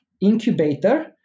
incubator